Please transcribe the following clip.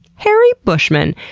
harry buschman,